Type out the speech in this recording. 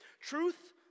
Truth